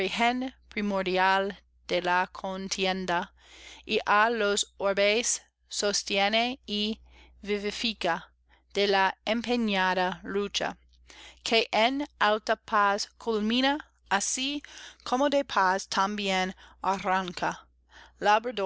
primordial de la contienda que á los orbes sostiene y vivifica de la empeñada lucha que en alta paz culmina así como de paz también arranca